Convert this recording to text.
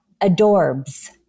adorbs